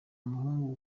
muhungu